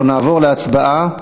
אנחנו נעבור להצבעה.